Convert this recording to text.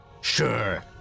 Sure